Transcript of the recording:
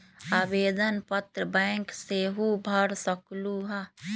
आवेदन पत्र बैंक सेहु भर सकलु ह?